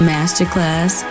Masterclass